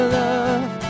love